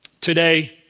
Today